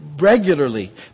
regularly